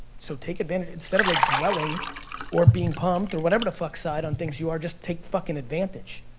so take advantage, instead of like dwelling or being pumped or whatever the fuck side on things you are, just take fucking advantage.